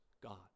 God